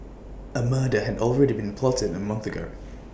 A murder had already been plotted A month ago